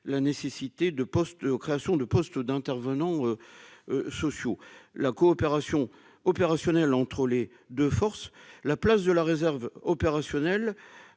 la nécessité de postes aux créations de postes d'intervenants sociaux, la coopération opérationnelle entre les 2 forces, la place de la réserve opérationnelle